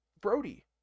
brody